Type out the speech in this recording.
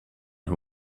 who